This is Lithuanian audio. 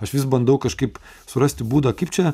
aš vis bandau kažkaip surasti būdą kaip čia